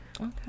Okay